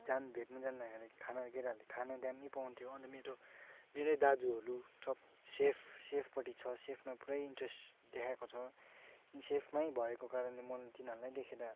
जान् भेट्नु जाँदाखेरि खाना केटाहरूले खाना दामी पकाउँथ्यो अन्त मेरो मेरै दाजुहरू सब सेफ सेफपट्टि छ सेफमा पुरै इन्ट्रेस देखाएको छ सेफमै भएको कारणले म तिनीहरूलाई देखेर